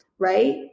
right